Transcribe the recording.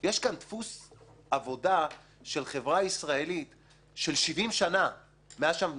בסיטואציה הפוליטית שאנחנו נמצאים בה,